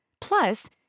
Plus